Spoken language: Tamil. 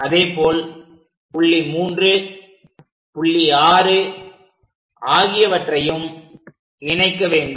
அதேபோல் புள்ளி 3 புள்ளி 6 ஆகியவற்றையும் இணைக்க வேண்டும்